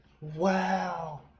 wow